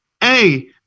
Hey